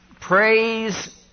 Praise